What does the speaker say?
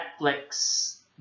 Netflix